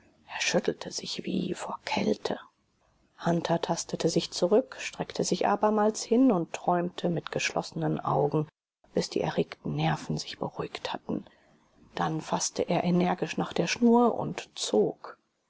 er schüttelte sich wie vor kälte hunter tastete sich zurück streckte sich abermals hin und träumte mit geschlossenen augen bis die erregten nerven sich beruhigt hatten dann faßte er energisch nach der schnur und zog